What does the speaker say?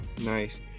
nice